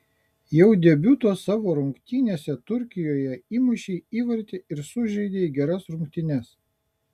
jau debiuto savo rungtynėse turkijoje įmušei įvartį ir sužaidei geras rungtynes